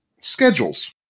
schedules